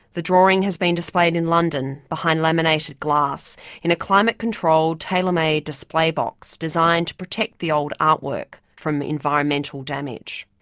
the drawing has been displayed in london behind laminated glass in a climate controlled, tailor-made display box designed to protect the old artwork from environmental damage.